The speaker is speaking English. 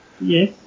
Yes